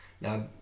Now